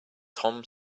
tom